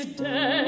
dead